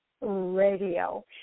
Radio